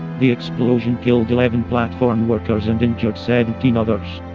the explosion killed eleven platform workers and injured seventeen others.